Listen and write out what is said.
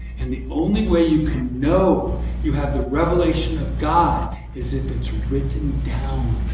and the only way you can know you have the revelation of god is if it's written down.